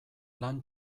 lan